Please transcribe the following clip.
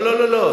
לא, לא, סליחה.